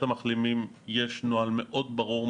יש נוהל מאוד ברור,